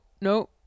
no